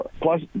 Plus